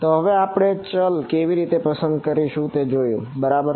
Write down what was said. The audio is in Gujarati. તો હવે આપણે ચલ કેવી રીતે પસંદ કરશું તે જોશું બરાબર